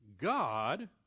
God